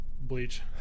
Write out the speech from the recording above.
Bleach